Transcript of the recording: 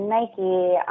Nike